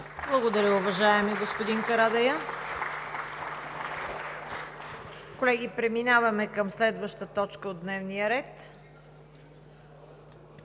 Благодаря, уважаеми господин Карадайъ. Колеги, преминаваме към следващата точка от дневния ред: